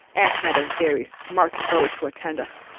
and had a very smart beau to attend us.